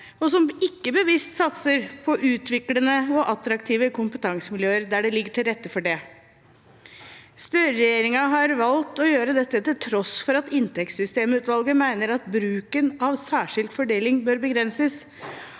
og som ikke bevisst satser på utviklende og attraktive kompetansemiljøer der det ligger til rette for det. Støre-regjeringen har valgt å gjøre dette til tross for at inntektssystemutvalget mener at bruken av særskilt fordeling bør begrenses,